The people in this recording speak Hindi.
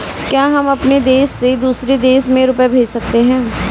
क्या हम अपने देश से दूसरे देश में रुपये भेज सकते हैं?